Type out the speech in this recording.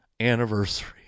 anniversary